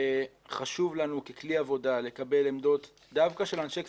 חשוב לנו ככלי עבודה לקבל עמדות דווקא של אנשי כספים,